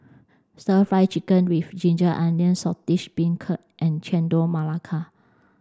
stir fried chicken with ginger onions saltish beancurd and chendol melaka